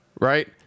right